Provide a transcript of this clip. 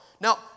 Now